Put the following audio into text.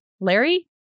Larry